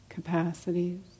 Capacities